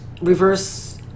reverse